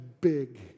big